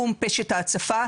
הזה.